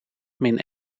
min